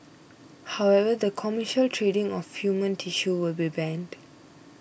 however the commercial trading of human tissue will be banned